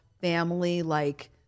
family-like